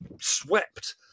swept